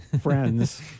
friends